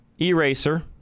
eraser